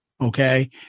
Okay